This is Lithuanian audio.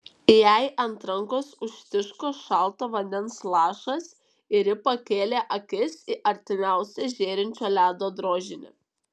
jai ant rankos užtiško šalto vandens lašas ir ji pakėlė akis į artimiausią žėrinčio ledo drožinį